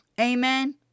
Amen